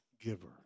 giver